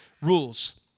rules